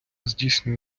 здійснює